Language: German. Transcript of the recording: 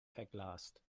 verglast